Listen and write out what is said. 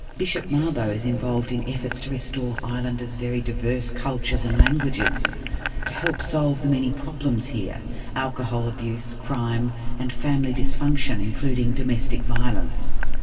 bishop mabo is involved in efforts to restore islanders' very diverse cultures and languages to help solve the many problems here alcohol abuse, crime and family dysfunction including domestic violence.